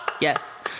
Yes